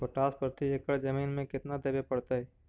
Potash प्रति एकड़ जमीन में केतना देबे पड़तै?